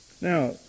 Now